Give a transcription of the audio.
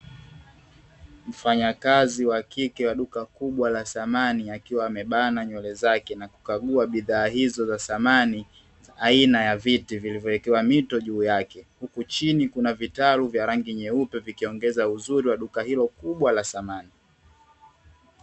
Mfanyakazi wa kike wa duka kubwa la samani, akiwa amebana nywele zake na kukagua bidhaa hizo za samani aina ya viti vilivyowekewa mito juu yake. Huku chini kuna vitalu vya rangi nyeupe, vikiongeza uzuri wa duka hilo kubwa la samani.